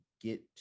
get